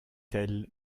tels